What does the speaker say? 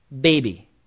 baby